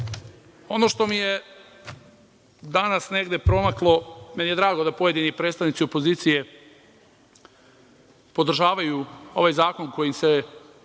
što mi je danas negde promaklo, meni je drago da pojedini predstavnici opozicije podržavaju ovaj zakon kojim se